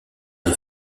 des